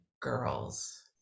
girls